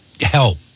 help